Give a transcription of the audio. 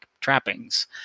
trappings